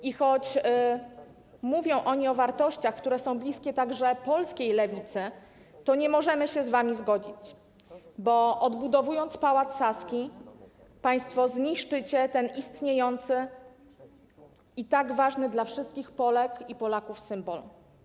I choć mówicie o wartościach, które są bliskie także polskiej lewicy, to nie możemy się z wami zgodzić, bo odbudowując Pałac Saski, zniszczycie państwo ten istniejący i tak ważny dla wszystkich Polek i Polaków symbol.